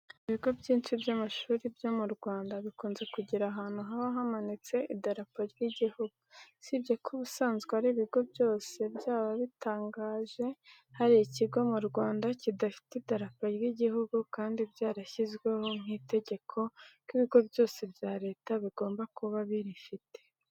Ibigo byinshi by'amashuri byo mu Rwanda bikunze kugira ahantu haba hamanitse idarapo ry'igihugu. Usibye ko ubusanzwe ari ibigo byose, byaba bitangaje hari ikigo mu Rwanda kidafite idarapo rw'igihugu kandi byarashyizweho nk'itegeko ko ibigo byose bya leta bigomba kuba birifite.